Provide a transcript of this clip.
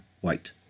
white